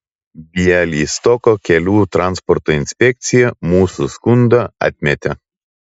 bialystoko kelių transporto inspekcija mūsų skundą atmetė